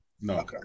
No